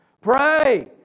pray